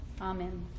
Amen